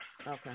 Okay